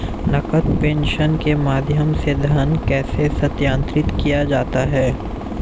नकद प्रेषण के माध्यम से धन कैसे स्थानांतरित किया जाता है?